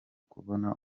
kubona